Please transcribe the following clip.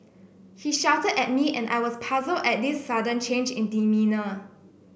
he shouted at me and I was puzzled at this sudden change in demeanour